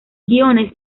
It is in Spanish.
guiones